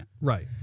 right